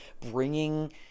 bringing